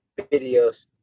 Videos